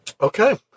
Okay